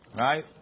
Right